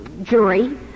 Jury